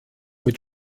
mit